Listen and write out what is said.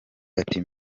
ati